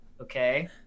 okay